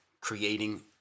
creating